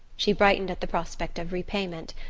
she brightened at the prospect of repayment.